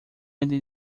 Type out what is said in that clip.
ele